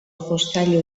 jostailu